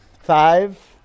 five